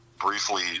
briefly